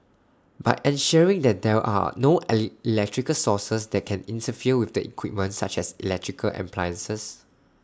by ensuring that there are no electrical sources that can interfere with the equipment such as electrical appliances